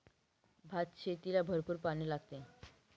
भातशेतीला भरपूर पाणी लागते